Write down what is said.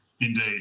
Indeed